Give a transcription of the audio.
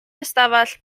ystafell